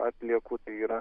atliekų tai yra